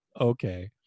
Okay